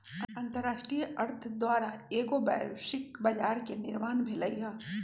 अंतरराष्ट्रीय अर्थ द्वारा एगो वैश्विक बजार के निर्माण भेलइ ह